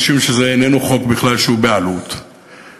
משום שזה איננו חוק עם עלות בכלל,